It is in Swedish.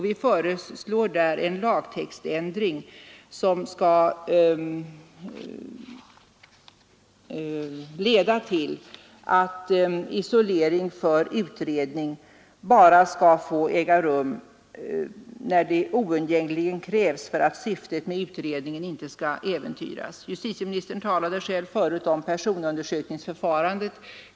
Vi föreslår där en lagtextändring, som skall leda till att isolering för utredning bara skall få äga rum när det oundgängligen krävs för att syftet med utredningen inte skall äventyras. Justitieministern talade själv om personundersökningsförfarandet.